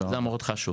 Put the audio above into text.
זה היה מאוד חשוב.